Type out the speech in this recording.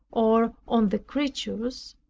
or on the creatures,